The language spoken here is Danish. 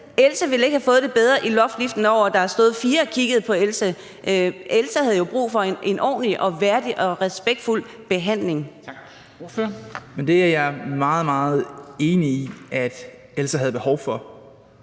Else ville ikke have fået det bedre i loftliften af, at der havde stået fire og kigget på hende. Else havde jo brug for en ordentlig, værdig og respektfuld behandling. Kl. 09:56 Formanden (Henrik Dam Kristensen): Tak.